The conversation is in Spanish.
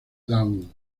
down